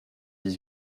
dix